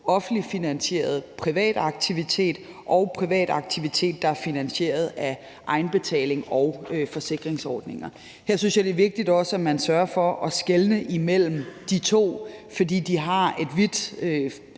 offentligt finansieret privat aktivitet og på privat aktivitet, der er finansieret af egenbetaling og forsikringsordninger. Her synes jeg, at det også er vigtigt, at man sørger for at skelne imellem de to, fordi de har vidt